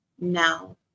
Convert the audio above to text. now